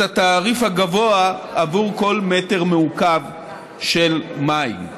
התעריף הגבוה עבור כל מטר מעוקב של מים.